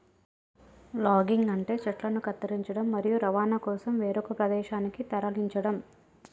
logging అంటే చెట్లను కత్తిరించడం, మరియు రవాణా కోసం వేరొక ప్రదేశానికి తరలించడం